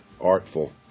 artful